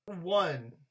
one